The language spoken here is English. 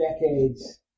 decades